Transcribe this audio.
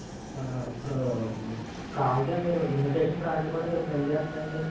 ఇప్పుడు కావల్సిస్తే మీరు ఇన్విటేషన్ కార్డులు కూడా మీరు ప్రింట్ చేస్తారండి